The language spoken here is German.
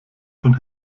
von